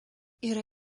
yra